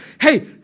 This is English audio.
hey